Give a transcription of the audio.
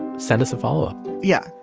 send us a follow-up yeah.